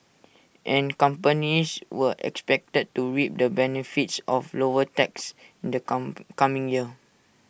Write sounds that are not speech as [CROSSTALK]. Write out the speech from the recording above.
and companies were expected to reap the benefits of lower taxes in the come [NOISE] coming year